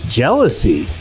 jealousy